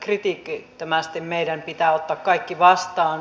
kritiikittömästi meidän pitää ottaa kaikki vastaan